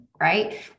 right